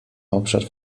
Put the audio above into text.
hauptstadt